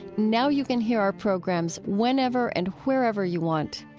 now you can hear our programs whenever and wherever you want.